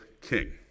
king